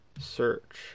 search